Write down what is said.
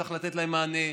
צריך לתת להם מענה.